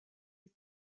les